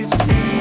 see